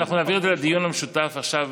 אנחנו נעביר את זה לדיון המשותף עכשיו,